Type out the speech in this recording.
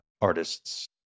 artists